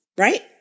right